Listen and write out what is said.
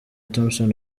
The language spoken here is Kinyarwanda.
thompson